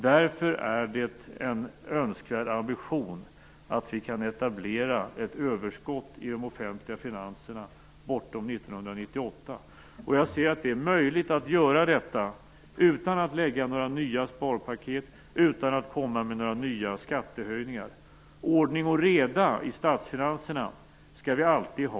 Därför är det en önskvärd ambition att vi kan etablera ett överskott i de offentliga finanserna bortom 1998. Jag ser att det är möjligt att göra detta utan att lägga nya sparpaket och utan att komma med nya skattehöjningar. Ordning och reda i statsfinanserna skall vi alltid ha.